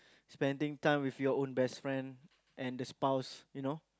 spending time with your own best friend and the spouse you know